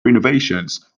renovations